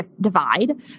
divide